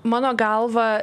mano galva